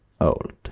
old